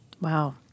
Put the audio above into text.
Wow